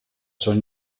sollen